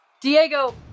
Diego